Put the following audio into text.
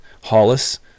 hollis